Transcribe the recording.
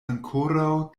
ankoraŭ